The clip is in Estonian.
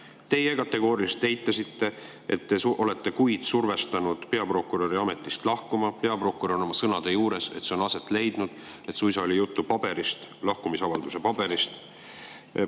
Teie kategooriliselt eitasite, et te olete kuid survestanud peaprokuröri ametist lahkuma. Peaprokurör jääb oma sõnade juurde, et see on aset leidnud, juttu oli suisa lahkumisavalduse paberist.